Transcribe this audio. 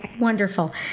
Wonderful